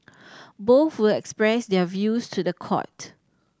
both will express their views to the court